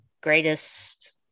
greatest